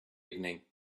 evening